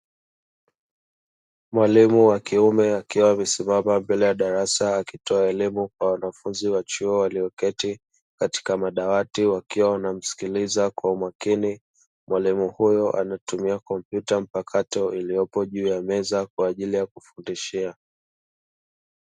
Mwalimu wa kiume akiwa amesimama mbele ya darasa akitoa elimu kwa wanafunzi wa chuo walioketi katika madawati wakiwa wanamsikiliza kwa umakini, mwalimu huyo anatumia kompyuta mpakato iliyopo juu ya meza kwa ajili ya kufundishia.